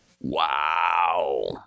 Wow